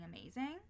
amazing